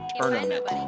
tournament